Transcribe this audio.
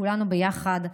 כולנו ביחד,